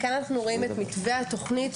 כאן אנחנו רואים את המתווה של התוכנית.